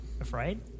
afraid